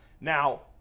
now